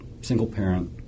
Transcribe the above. single-parent